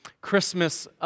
Christmas